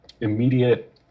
immediate